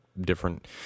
different